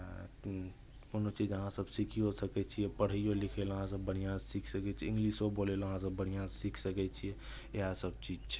कि कोनो चीज अहाँसभ सिखिओ सकै छियै पढ़ैओ लिखै लए अहाँसभ बढ़िआँसँ सीख सकै छियै इंग्लिशो बोलय लए अहाँसभ बढ़िआँसँ सीख सकै छियै इएहसभ चीज छै